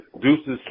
Deuces